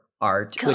art